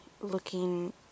looking